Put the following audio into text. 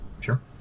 Sure